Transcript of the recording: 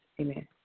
Amen